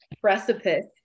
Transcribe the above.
precipice